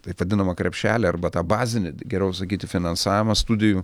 taip vadinamą krepšelį arba tą bazinį geriau sakyti finansavimą studijų